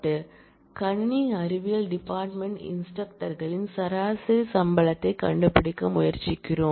எனவே கணினி அறிவியல் டிபார்ட்மென்ட் யில் இன்ஸ்டிரக்டர்களின் சராசரி சம்பளத்தைக் கண்டுபிடிக்க முயற்சிக்கிறோம்